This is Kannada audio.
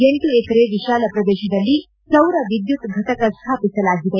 ಎಂಟು ಎಕರೆ ವಿಶಾಲ ಪ್ರದೇಶದಲ್ಲಿ ಸೌರ ವಿದ್ಯುತ್ ಘಟಕ ಸ್ಥಾಪಿಸಲಾಗಿದೆ